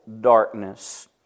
darkness